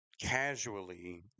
casually